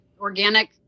organic